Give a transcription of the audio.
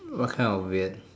what kind of weird